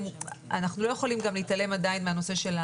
אנחנו לא יכולים גם להתעלם עדיין מהנושא של